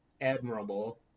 admirable